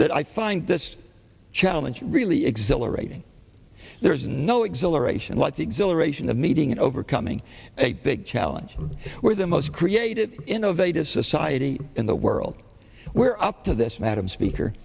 that i find this challenge really exhilarating there's no exhilaration like the exhilaration of meeting in overcoming a big challenge where the most creative innovative society in the world where up to this madam speaker